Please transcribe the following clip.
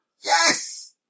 Yes